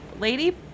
lady